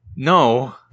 No